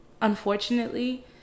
unfortunately